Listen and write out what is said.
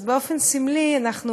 אז באופן סמלי אנחנו